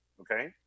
okay